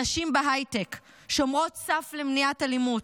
נשים בהייטק, שומרות סף למניעת אלימות,